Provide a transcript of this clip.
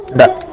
the